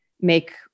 make